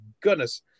goodness